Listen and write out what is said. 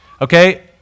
Okay